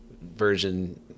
version